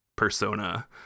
persona